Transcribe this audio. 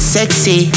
Sexy